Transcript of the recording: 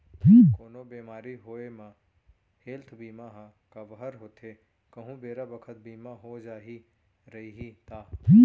कोनो बेमारी होये म हेल्थ बीमा ह कव्हर होथे कहूं बेरा बखत बीमा हो जाही रइही ता